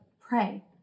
pray